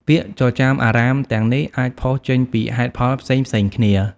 ពាក្យចចាមអារ៉ាមទាំងនេះ អាចផុសចេញពីហេតុផលផ្សេងៗគ្នា។